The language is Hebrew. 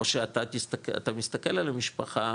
או שאתה תסכל, אתה מסתכל על המשפחה